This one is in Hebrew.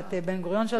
שלוש קדנציות.